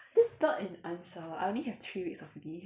that's not an answer I only have three weeks of leave